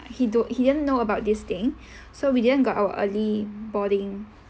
he don't he didn't know about this thing so we didn't got our early boarding